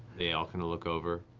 they all kind of look over,